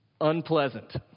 unpleasant